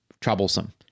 troublesome